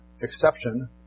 exception